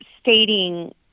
stating